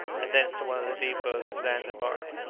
and thence to one of the deptos of zanzibar.